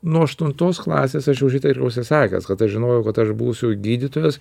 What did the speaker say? nuo aštuntos klasės aš jau šitą esu sakęs kad aš žinojau kad aš būsiu gydytojas